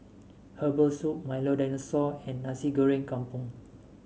Herbal Soup Milo Dinosaur and Nasi Goreng Kampung